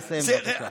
נא לסיים, בבקשה.